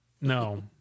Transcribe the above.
No